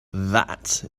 that